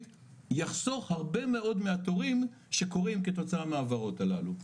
יחסוך הרבה מאוד מהתורים שקורים כתוצאה מההעברות הללו.